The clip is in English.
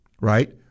right